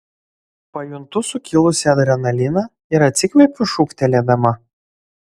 pajuntu sukilusį adrenaliną ir atsikvepiu šūktelėdama